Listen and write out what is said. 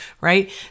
right